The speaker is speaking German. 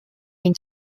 den